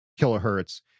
kilohertz